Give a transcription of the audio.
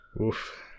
Oof